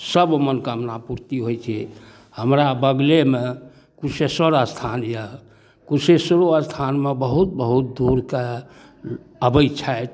सब मनोकामना पूर्ति होइ छै हमरा बगलेमे कुशेश्वर अस्थान अइ कुशेश्वरो अस्थानमे बहुत बहुत दूरके आबै छथि